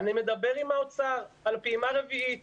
אני מדבר עם האוצר על פעימה רביעית